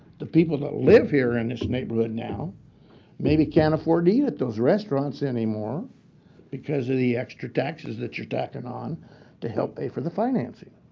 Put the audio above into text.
the people that live here in this neighborhood now maybe can't afford to eat at those restaurants anymore because of the extra taxes that you're tacking on to help pay for the financing.